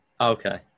Okay